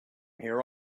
here